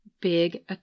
big